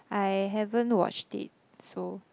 I haven't watched it so